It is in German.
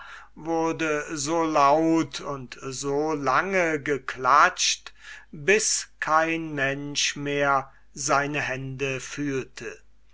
wurde so laut und so lange geklatscht bis kein mensch mehr seine hände fühlte